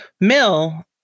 mill